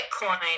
Bitcoin